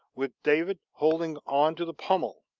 with david holding on to the pommel.